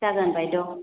जागोन बायद'